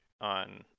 on